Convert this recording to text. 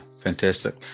fantastic